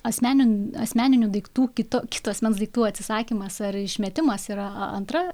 asmenin asmeninių daiktų kito kito asmens daiktų atsisakymas ar išmetimas yra antra